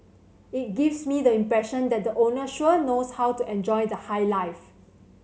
it gives me the impression that the owner sure knows how to enjoy the high life